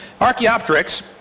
Archaeopteryx